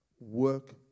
work